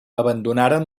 abandonaren